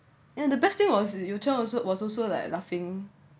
ya the best thing was you child also was also like laughing